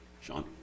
Sean